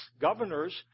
Governors